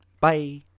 Bye